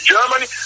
Germany